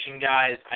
guys